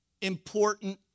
important